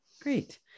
Great